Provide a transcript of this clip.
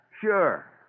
Sure